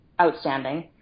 outstanding